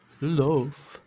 love